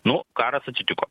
nu karas atsitiko